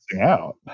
out